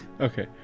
okay